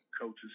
coaches